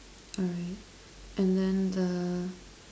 alright and then the